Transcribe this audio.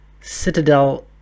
citadel